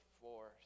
force